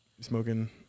Smoking